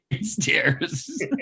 stairs